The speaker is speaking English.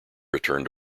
return